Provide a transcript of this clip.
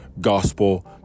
gospel